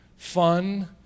Fun